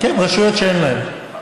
כן, רשויות שאין להן.